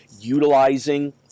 utilizing